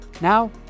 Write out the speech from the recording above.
Now